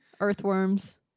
Earthworms